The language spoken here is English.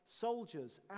soldiers